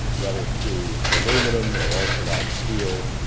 whether through aluminum or ultra light steel,